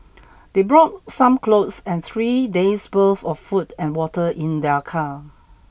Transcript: they brought some clothes and three days' worth of food and water in their car